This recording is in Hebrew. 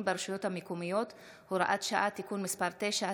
ברשויות המקומיות (הוראת שעה) (תיקון מס' 9),